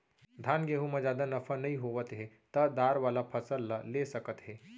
धान, गहूँ म जादा नफा नइ होवत हे त दार वाला फसल ल ले सकत हे